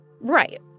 Right